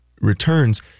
returns